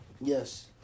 Yes